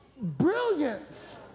brilliance